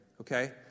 Okay